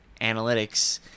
analytics